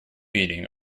beating